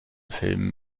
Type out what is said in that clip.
filmen